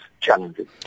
challenges